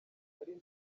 nari